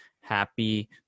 happy